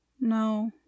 No